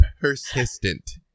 persistent